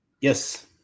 yes